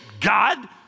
God